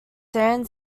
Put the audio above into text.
san